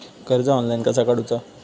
कर्ज ऑनलाइन कसा काडूचा?